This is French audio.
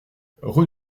rue